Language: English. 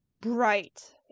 bright